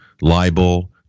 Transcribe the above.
libel